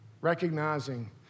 recognizing